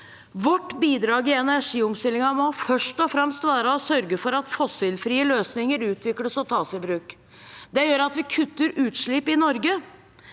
Vårt bidrag i energiomstillingen må først og fremst være å sørge for at fossilfrie løsninger utvikles og tas i bruk. Det gjør at vi kutter utslipp i Norge.